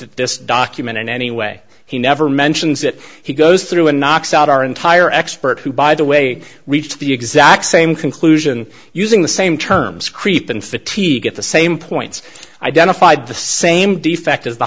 at this document in any way he never mentions it he goes through and knocks out our entire expert who by the way reached the exact same conclusion using the same terms creep and fatigue at the same points identified the same defect